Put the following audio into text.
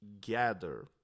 gather